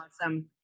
awesome